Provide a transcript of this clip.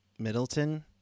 Middleton